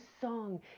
song